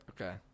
okay